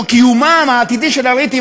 או קיומם העתידי של הריטים,